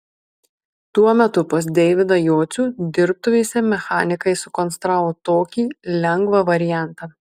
tuo metu pas deividą jocių dirbtuvėse mechanikai sukonstravo tokį lengvą variantą